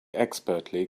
expertly